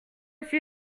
suis